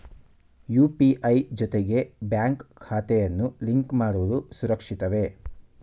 UPI ಜೊತೆಗೆ bank ಖಾತೆಯನ್ನು link ಮಾಡುವುದು ಸುರಕ್ಷಿತವೇ?